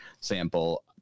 sample